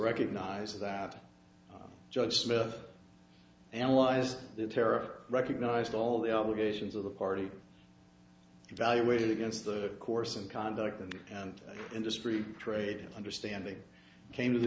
recognize that judge smith analyzed the tariff recognized all the obligations of the party evaluated against the course of conduct and industry trade understanding came to the